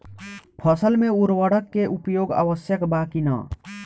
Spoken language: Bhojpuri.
फसल में उर्वरक के उपयोग आवश्यक बा कि न?